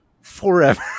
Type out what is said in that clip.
forever